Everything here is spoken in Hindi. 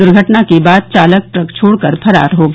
दुर्घटना के बाद चालक ट्रक छोड़कर फरार हो गया